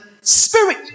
spirit